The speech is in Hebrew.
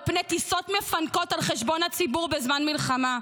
על פני טיסות מפנקות על חשבון הציבור בזמן מלחמה.